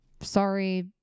sorry